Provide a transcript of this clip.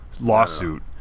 lawsuit